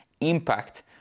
impact